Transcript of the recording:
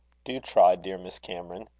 do try, dear miss cameron.